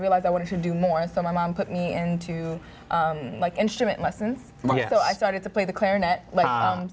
realized i wanted to do more and so my mom put me into my instrument lessons so i started to play the clarinet